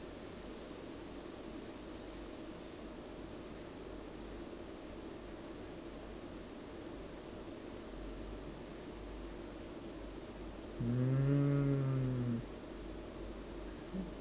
mm